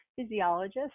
physiologist